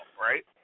right